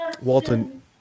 Walton